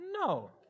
No